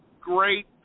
Great